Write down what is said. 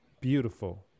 Beautiful